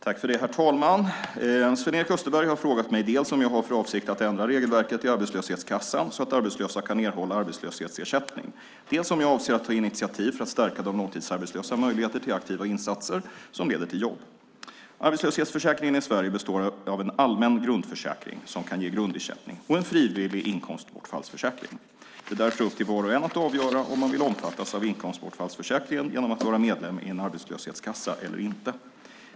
Herr talman! Sven-Erik Österberg har frågat mig dels om jag har för avsikt att ändra regelverket i arbetslöshetskassan så att arbetslösa kan erhålla arbetslöshetsersättning, dels om jag avser att ta initiativ för att stärka de långtidsarbetslösas möjligheter till aktiva insatser som leder till jobb. Arbetslöshetsförsäkringen i Sverige består av en allmän grundförsäkring, som kan ge grundersättning, och en frivillig inkomstbortfallsförsäkring. Det är därför upp till var och en att avgöra om man vill omfattas av inkomstbortfallsförsäkringen genom att vara medlem i en arbetslöshetskassa eller inte.